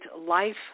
life